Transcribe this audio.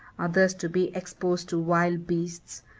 others to be exposed to wild beasts,